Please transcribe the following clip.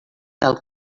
del